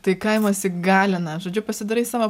tai kaimas įgalina žodžiu pasidarai savo